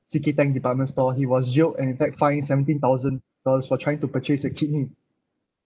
C_K tang department store he was jailed and in fact fined seventeen thousand dollars for trying to purchase a kidney